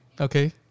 Okay